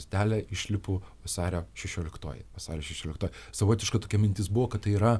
stotelė išlipu vasario šešioliktoji vasario šešioliktoji savotiška tokia mintis buvo kad yra